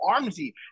armsy